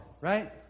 right